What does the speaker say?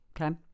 okay